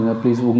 please